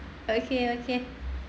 okay okay